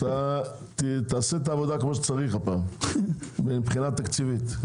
תעשה את העבודה כמו שצריך הפעם, מבחינה תקציבית.